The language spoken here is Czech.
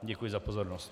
Děkuji za pozornost.